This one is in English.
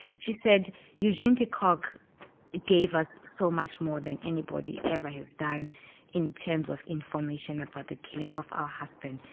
she said eugene de kock gave us so much more than anybody ever has done in terms of information about the killing of our husbands.